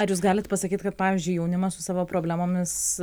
ar jūs galit pasakyt kad pavyzdžiui jaunimas su savo problemomis